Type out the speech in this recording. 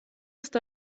ist